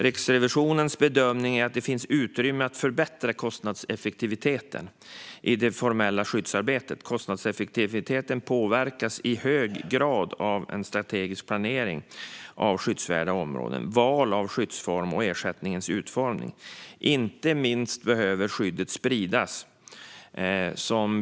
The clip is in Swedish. Riksrevisionens bedömning är att det finns utrymme att förbättra kostnadseffektiviteten i det formella skyddsarbetet. Kostnadseffektiviteten påverkas i hög grad av en strategisk planering av skyddsvärda områden, val av skyddsform och ersättningens utformning. Inte minst behöver skyddet spridas.